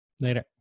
Later